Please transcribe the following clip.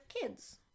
kids